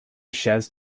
shares